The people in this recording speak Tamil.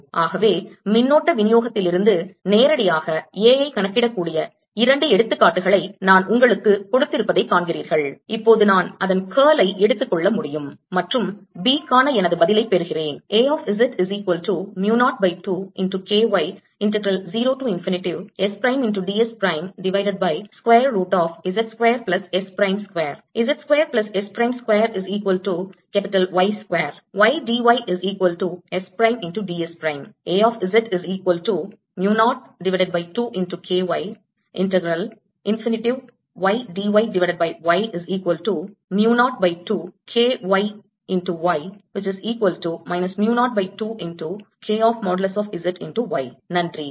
ஆகவே மின்னோட்ட விநியோகத்திலிருந்து நேரடியாக A ஐக் கணக்கிடக்கூடிய இரண்டு எடுத்துக்காட்டுகளை நான் உங்களுக்குக் கொடுத்திருப்பதைக் காண்கிறீர்கள் இப்போது நான் அதன் curl ஐ எடுத்துக்கொள்ள முடியும் மற்றும் B க்கான எனது பதிலைப் பெறுகிறேன்